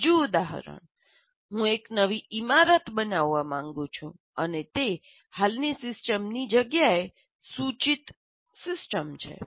બીજું ઉદાહરણ હું એક નવી ઇમારત બનાવવા માંગુ છું અને તે હાલની સિસ્ટમની જગ્યાએ સૂચિત સિસ્ટમ છે